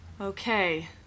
Okay